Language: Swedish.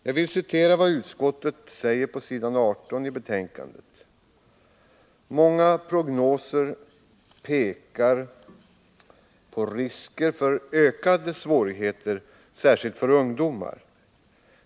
Jag vill citera vad utskottet säger på s. 18 i betänkandet: ”Många prognoser pekar på risker för ökade svårigheter, särskilt för ungdomar.